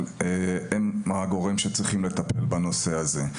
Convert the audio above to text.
המשטרה היא הגורם שצריכה לטפל בנושא הזה.